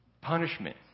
Punishment